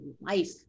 life